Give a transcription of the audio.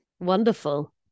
wonderful